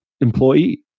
employee